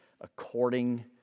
according